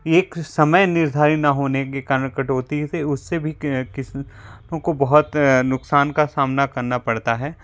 एक समय निर्धारित न होने के कारण कटौती से उससे भी किसी को बहुत नुकसान का सामना करना पड़ता है